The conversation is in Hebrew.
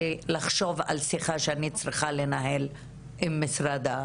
הנשים נכנסות ובאמת הן נורא נבהלות מכמות המצלמות שיש.